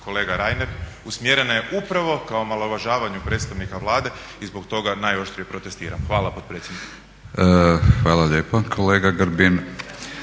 kolega Reiner usmjerena je upravo ka omalovažavanju predstavnika Vlade i zbog toga najoštrije protestiram. Hvala potpredsjedniče. **Batinić, Milorad